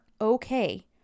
okay